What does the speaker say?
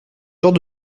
genre